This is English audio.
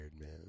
man